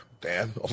Dan